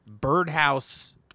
birdhouse